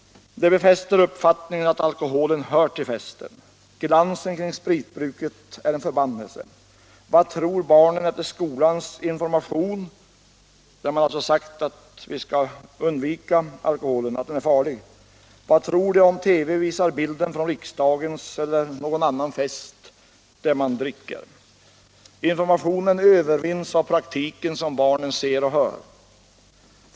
Det befäster uppfattningen att alkoholen hör till festen. Glansen kring spritbruket är en förbannelse. Vad tror barnen efter skolans information, där man alltså sagt att vi skall undvika alkoholen, att den är farlig, om TV visar bilder från riksdagens fest — eller någon annan fest — där man dricker? Informationen övervinns av praktiken som barnen ser och hör.